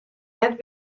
net